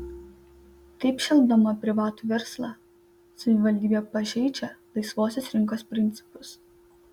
taip šelpdama privatų verslą savivaldybė pažeidžia laisvosios rinkos principus